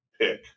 pick